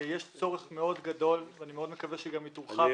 כשיש צורך גדול מאוד אני מקווה שגם יתומחר --- אני